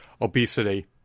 obesity